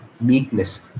meekness